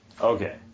Okay